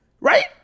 Right